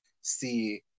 see